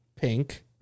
pink